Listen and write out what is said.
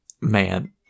man